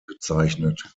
bezeichnet